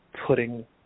putting